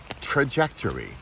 trajectory